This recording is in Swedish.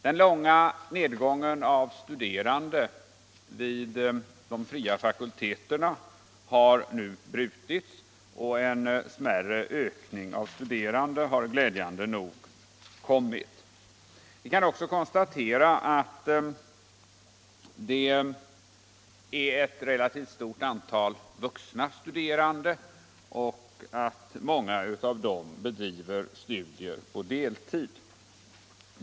Den långa nedgången av antalet studerande vid de fria fakulteterna har nu brutits, och en smärre ökning av studerande har glädjande nog skett. Vi kan också konstatera att det är ett relativt stort antal vuxna studerande och att många av dem bedriver studier på deltid.